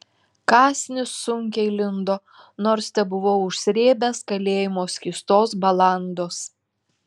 kąsnis sunkiai lindo nors tebuvau užsrėbęs kalėjimo skystos balandos